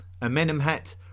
Amenemhat